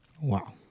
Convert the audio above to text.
wow